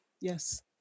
Yes